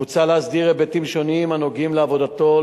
מוצע להסדיר היבטים שונים הנוגעים לעבודתו,